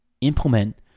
implement